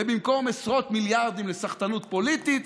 ובמקום עשרות מיליארדים לסחטנות פוליטית,